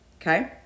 Okay